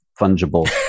fungible